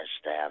staff